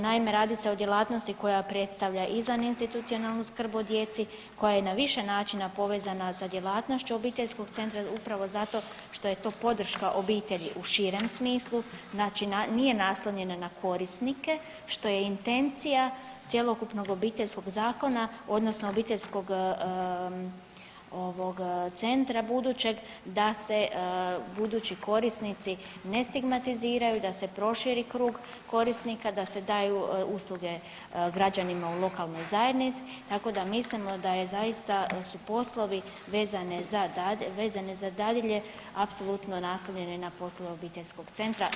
Naime, radi se djelatnosti koja predstavlja izvaninstitucionalnu skrb o djeci, koja je na više načina povezana sa djelatnošću obiteljskog centra upravo zato što je to podrška obitelji u širem smislu, znači nije naslonjena na korisnike, što je intencija cjelokupnog Obiteljskog zakona odnosno obiteljskog ovog centra budućeg da se budući korisnici ne stigmatiziraju, da se proširi krug korisnika, da se daju usluge građanima u lokalnoj zajednici, tako da mislimo da je zaista su poslovi vezane za dadilje apsolutno naslonjene na poslove obiteljskog centra.